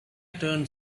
turned